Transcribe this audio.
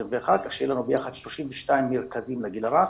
2021 כך שיהיו לנו ביחד 32 מרכזים לגיל הרך.